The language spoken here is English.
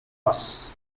laws